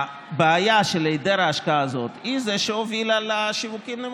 הבעיה של היעדר ההשקעה הזאת היא זו שהובילה לשיווקים נמוכים.